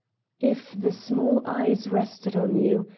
if the small eyes rested on you,